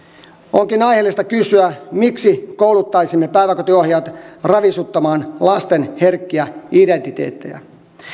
onkin aiheellista kysyä miksi kouluttaisimme päiväkotiohjaajat ravisuttamaan lasten herkkiä identiteettejä